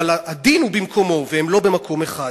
אבל הדין הוא במקומו והם לא במקום אחד.